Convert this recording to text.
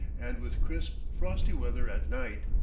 and with crisp, frosty weather at night.